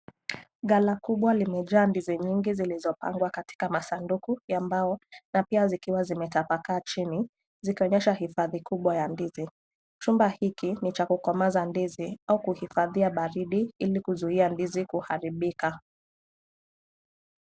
Gala kubwa limejaa ndizi nyingi zilizopangwa katika masanduku ya mbao na pia zikiwa zimetapakaa chini, zikionyesha hifadhi kubwa ya ndizi. Chumba hiki ni cha kukomaza ndizi au kuhifadhia baridi, ilikuzuia ndizi kuharibika.